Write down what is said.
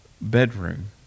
bedroom